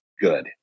good